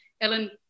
Ellen